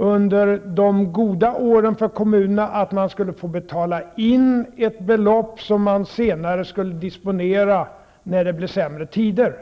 under de goda åren skulle få betala in ett belopp som de skulle disponera senare, när det blev sämre tider.